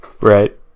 right